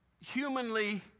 humanly